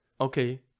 okay